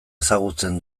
ezagutzen